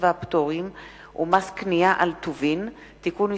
והפטורים ומס קנייה על טובין (תיקון מס'